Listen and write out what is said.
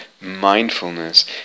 mindfulness